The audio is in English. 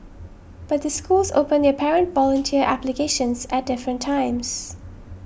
but the schools open their parent volunteer applications at different times